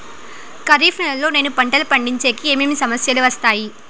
ఖరీఫ్ నెలలో నేను పంటలు పండించేకి ఏమేమి సమస్యలు వస్తాయి?